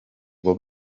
abo